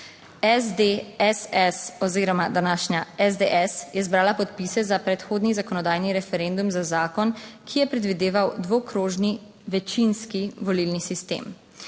SD SS oziroma današnja SDS je zbrala podpise za predhodni zakonodajni referendum za zakon, ki je predvideval dvokrožni večinski volilni sistem.